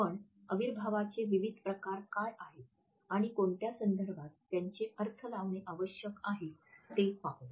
आपण अविर्भावाचे विविध प्रकार काय आहेत आणि कोणत्या संदर्भात त्यांचे अर्थ लावणे आवश्यक आहे ते पाहू